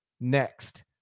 next